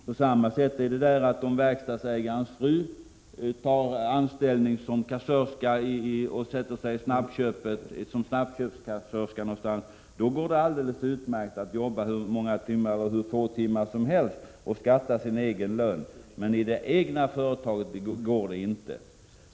På samma sätt är det om verkstadsägarens fru tar anställning som snabbköpskassörska någonstans — då går det alldeles utmärkt att jobba hur många och hur få timmar som helst och själv skatta för lönen. Men i makens företag går det inte.